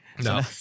No